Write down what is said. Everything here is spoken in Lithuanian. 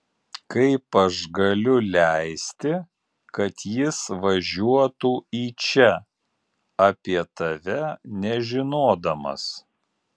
kaip aš galiu leisti kad jis važiuotų į čia apie tave nežinodamas